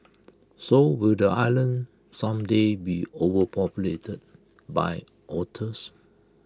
so will the island someday be overpopulated by otters